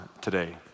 today